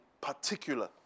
particular